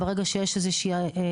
ברגע שיש תלונה,